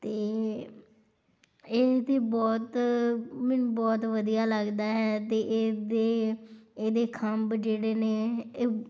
ਅਤੇ ਇਹਦੇ ਬਹੁਤ ਮੈਨੂੰ ਬਹੁਤ ਵਧੀਆ ਲੱਗਦਾ ਹੈ ਅਤੇ ਇਹਦੇ ਇਹਦੇ ਖੰਭ ਜਿਹੜੇ ਨੇ ਇਹ